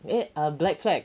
eh uh black flag